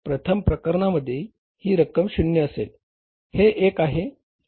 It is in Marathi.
प्रथम प्रकरणामध्ये ही रक्कम शून्य असेल हे एक आहे हे दुसरे आहे व हे तिसरे आहे